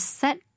set